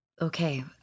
okay